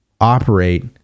operate